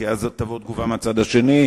כי אז תגיע תגובה מהצד השני,